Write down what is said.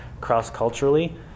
cross-culturally